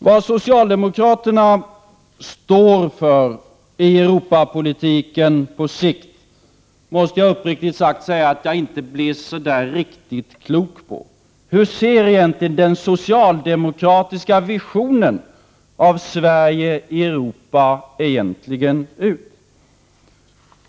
Vad socialdemokraterna står för på sikt i Europapolitiken blir jag uppriktigt sagt inte riktigt klok på. Hur ser den socialdemokratiska visionen av Sverige i Europa egentligen ut?